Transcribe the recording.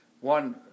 one